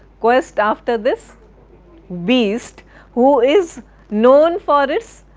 quest after this beast who is known for itis,